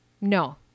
no